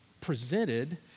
presented